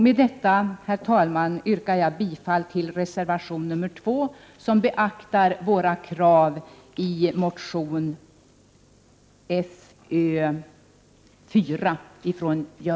Med detta, herr talman, yrkar jag bifall till reservation 2, som beaktar kravet i motion Fö4 av Göran Engström och mig.